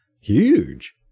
Huge